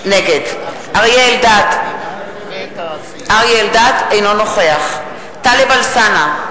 נגד אריה אלדד, אינו נוכח טלב אלסאנע,